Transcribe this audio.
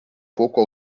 pouco